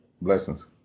Blessings